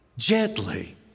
gently